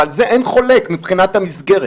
ועל זה אין חולק מבחינת המסגרת,